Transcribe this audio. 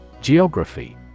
Geography